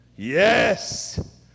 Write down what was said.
Yes